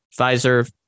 Pfizer